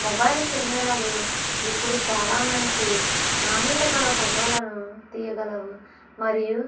mobile కెమెరాలు ఇప్పుడు చాలా మంచి నాణ్యత గల ఫోటోలను తీయగలవు మరియు